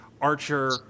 Archer